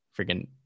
freaking